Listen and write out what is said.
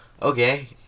okay